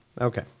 Okay